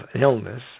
illness